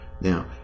Now